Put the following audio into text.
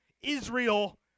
Israel